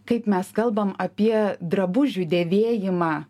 kaip mes kalbam apie drabužių dėvėjimą